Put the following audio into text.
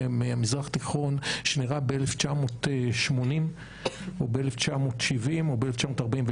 מהמזרח התיכון שהיה ב-1980 או ב-1970 או ב-1948,